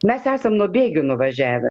mes esam nuo bėgių nuvažiavę